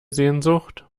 sehnsucht